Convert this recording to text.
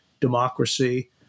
democracy